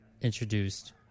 introduced